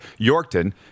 Yorkton